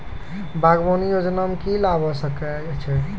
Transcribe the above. बागवानी योजना मे की लाभ होय सके छै?